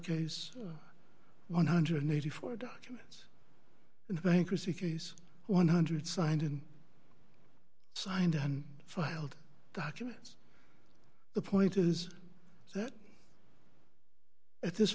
case one hundred and eighty four documents in the bankruptcy case one hundred signed and signed and filed documents the point is that at this